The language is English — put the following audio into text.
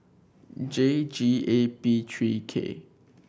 J G A P three K